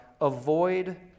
avoid